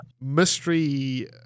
mystery